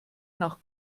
nach